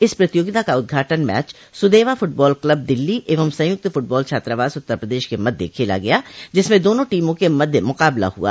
इस प्रतियोगिता का उद्घाटन match Sudeva football club Delhi एव संयुक्त फ्टबॉल छात्रावास उत्तर प्रदेश के मध्य खेला गया जिसमें दोनों टीमों के मध्य मुकाबला हुआ